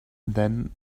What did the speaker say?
then